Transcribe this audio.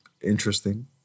interesting